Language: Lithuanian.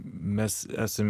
mes esam